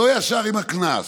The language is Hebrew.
לא ישר הקנס.